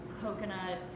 coconut